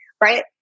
right